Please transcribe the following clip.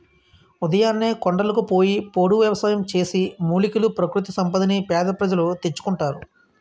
ఉదయాన్నే కొండలకు పోయి పోడు వ్యవసాయం చేసి, మూలికలు, ప్రకృతి సంపదని పేద ప్రజలు తెచ్చుకుంటారు